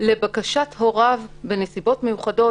--- לבקשת הוריו בנסיבות מיוחדות,